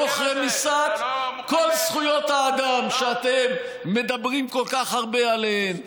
תוך רמיסת כל זכויות האדם שאתם מדברים כל כך הרבה עליהן,